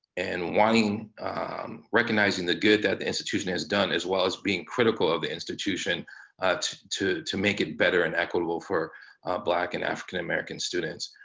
and wanting recognizing the good that the institution has done as well as being critical of the institution to to make it better and equitable for both black and african-american students.